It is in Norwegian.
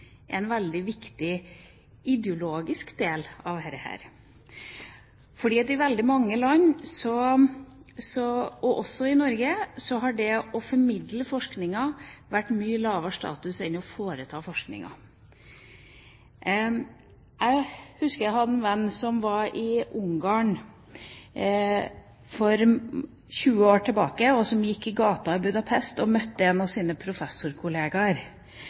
en veldig viktig ideologisk del av dette, fordi i veldig mange land, og også i Norge, har det å formidle forskningen hatt mye lavere status enn det å utføre forskningen. Jeg hadde en venn som jeg husker var i Ungarn for 20 år tilbake, og som, da han gikk på gata i Budapest, møtte en av sine professorkollegaer,